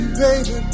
baby